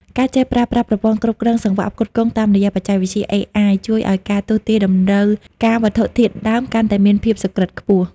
ការចេះប្រើប្រាស់ប្រព័ន្ធគ្រប់គ្រងសង្វាក់ផ្គត់ផ្គង់តាមរយៈបច្ចេកវិទ្យា AI ជួយឱ្យការទស្សន៍ទាយតម្រូវការវត្ថុធាតុដើមកាន់តែមានភាពសុក្រឹតខ្ពស់។